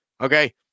Okay